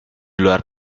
luar